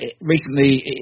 recently